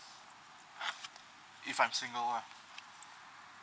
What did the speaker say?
if I'm single lah